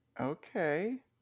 Okay